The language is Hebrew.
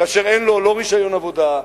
כאשר אין לו רשיון עבודה,